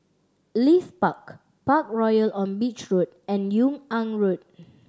Leith Park Parkroyal on Beach Road and Yung An Road